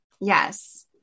Yes